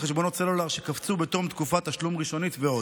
התקבלה בקריאה ראשונה ותעבור לשם הכנתה